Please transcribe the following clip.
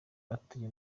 atuye